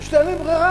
פשוט אין להם ברירה,